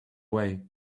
way